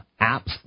apps